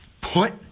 Put